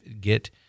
get